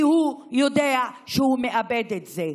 כי הוא יודע שהוא מאבד את זה.